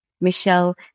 Michelle